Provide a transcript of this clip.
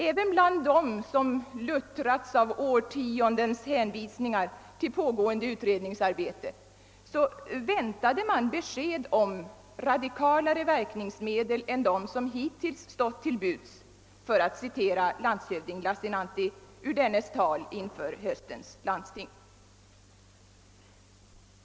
Även bland dem som luttrats av årtiondens hänvisningar till pågående utredningsarbeten väntade man besked om »radikalare verkningsmedel än de som hittills stått till buds» — för att citera landshövding Lassinantti i hans tal inför höstens landsting.